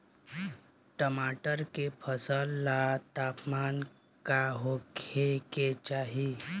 टमाटर के फसल ला तापमान का होखे के चाही?